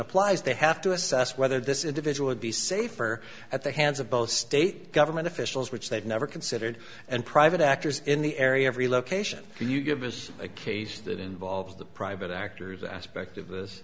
applies they have to assess whether this individual would be safer at the hands of both state government officials which they've never considered and private actors in the area of relocation can you give us a case that involves the private actors aspect of this